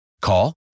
Call